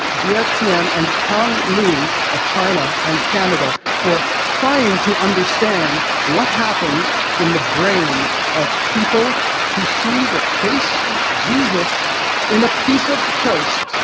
jie ah tian, and kang lee of china and canada for trying to understand what happens in the brains of people who see the face of jesus in a piece of toast.